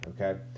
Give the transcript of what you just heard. okay